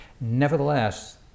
nevertheless